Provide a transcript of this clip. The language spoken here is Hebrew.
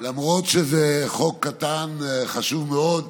למרות שזה חוק קטן, חשוב מאוד,